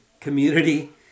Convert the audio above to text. community